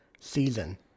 season